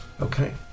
Okay